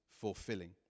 fulfilling